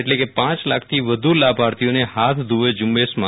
એટલે કે પાંચ લાખથી વધુ લાભાર્થીઓને હાથ ધુઓ ઝુંબેશમાં જોડાશે